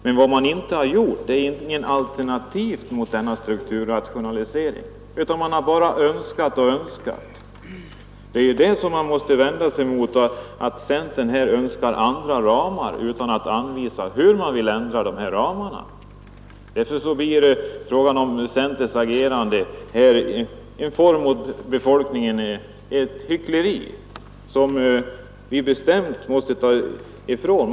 Man har inte givit något alternativ till denna strukturrationalisering, utan man har bara önskat och önskat. Jag vänder mig mot att centern här önskar andra ramar utan att anvisa hur ramarna skall ändras. Centerns agerande är därför ett hyckleri mot befolkningen, som vi bestämt måste ta avstånd från.